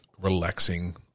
relaxing